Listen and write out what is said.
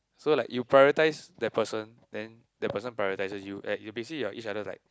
so like you prioritise that person then that person prioritises you and you are basically each other like